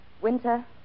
winter